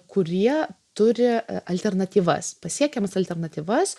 kurie turi alternatyvas pasiekiamas alternatyvas